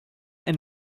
and